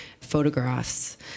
photographs